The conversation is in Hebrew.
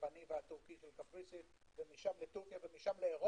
היווני והטורקי של קפריסין, ומשם לאירופה,